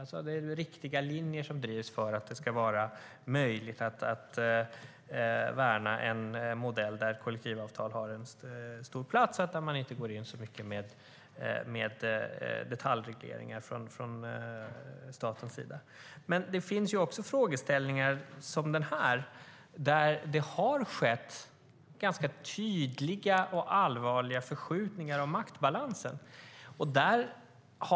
Det är riktiga linjer som drivs för att det ska vara möjligt att värna en modell där kollektivavtal har stor plats och där staten inte går in med så mycket detaljregleringar. Det finns dock också frågeställningar som den här där det har skett ganska tydliga och allvarliga förskjutningar av maktbalansen.